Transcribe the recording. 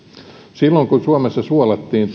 silloin kun suomessa suolattiin